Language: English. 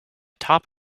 top